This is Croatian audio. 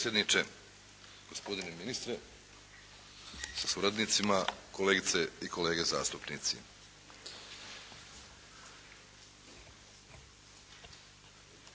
potpredsjedniče, gospodine ministre sa suradnicima, kolegice i kolege zastupnici.